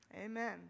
Amen